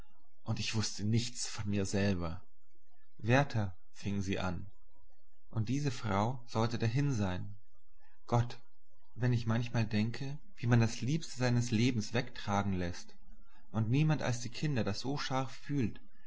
und ich wußte nichts von mir selber werther fing sie an und diese frau sollte dahin sein gott wenn ich manchmal denke wie man das liebste seines lebens wegtragen läßt und niemand als die kinder das so scharf fühlt